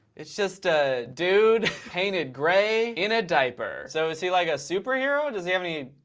it's just a dude painted gray in a diaper. so is he like a superhero? does he have any?